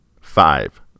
five